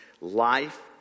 life